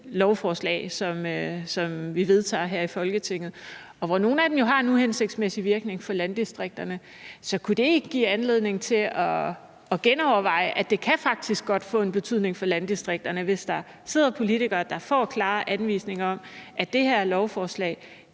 lovforslag, som vi vedtager her i Folketinget, og hvor nogle af dem jo har en uhensigtsmæssig virkning for landdistrikterne. Så kunne det ikke give anledning til at genoverveje, om det faktisk ikke godt kan få en betydning for landdistrikterne, hvis der sidder politikere, der får klare anvisninger om, at det her lovforslag